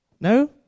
No